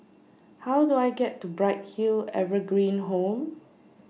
How Do I get to Bright Hill Evergreen Home